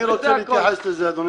אני רוצה להתייחס לזה, אדוני היושב-ראש.